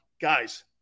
Guys